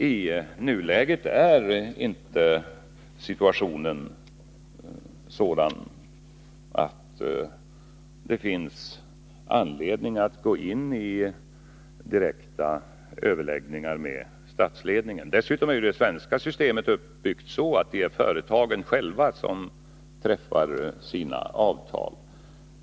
I nuläget är inte situationen sådan att det finns anledning att gå in i direkta överläggningar med statsledningen. Dessutom är det svenska systemet uppbyggt så, att det är företagen själva som träffar sina avtal.